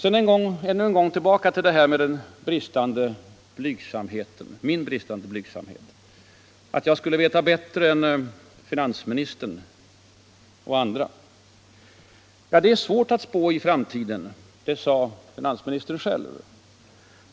Ännu en gång tillbaka till min påstådda bristande blygsamhet och detta att jag skulle veta bättre än finansministern och andra. Det är svårt att spå i framtiden, det sade finansministern själv.